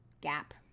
gap